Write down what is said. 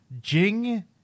Jing